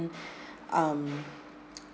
um